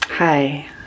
Hi